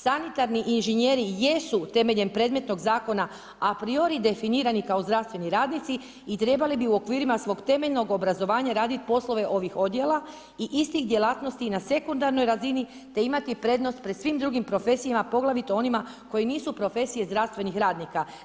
Sanitarni inženjeri jesu temeljem predmetnog zakona apriori definirani kao zdravstveni radnici i trebali bi u okvirima svog temeljnog obrazovanja raditi poslove ovih odjela i istih djelatnosti i na sekundarnoj razini te imati prednost pred svim drugim profesijama poglavito onima koji nisu profesije zdravstvenih radnika.